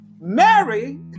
Mary